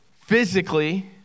physically